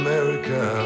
America